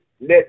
let